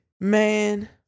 man